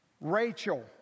Rachel